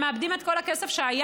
הם מאבדים את כל הכסף שהיה